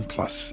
Plus